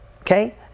Okay